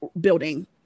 building